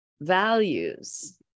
values